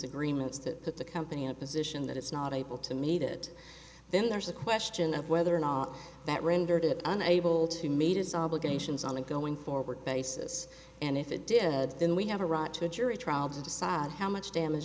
agreements that put the company in a position that it's not able to meet it then there's a question of whether or not that rendered it unable to meet his obligations on and going forward basis and if it did then we have a right to a jury trial to decide how much damage